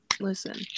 Listen